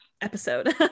episode